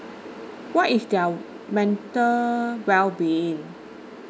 what is their mental wellbeing